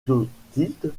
clotilde